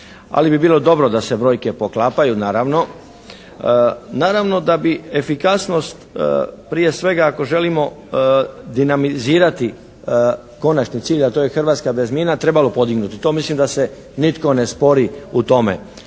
ali bi bilo dobro da se brojke poklapaju naravno. Naravno da bi efikasnost prije svega ako želimo dinamizirati konačni cilj, a to je Hrvatska bez mina, trebalo podignuti. To mislim da se nitko ne spori u tome.